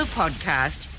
podcast